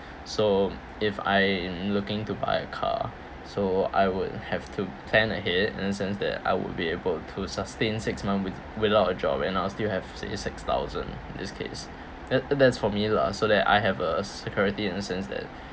so if I am looking to buy a car so I would have to plan ahead and since that I would be able to sustain six month with without a job and I'll still have sixty-six thousand in this case that that's for me lah so that I have a security in the sense that